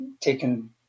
taken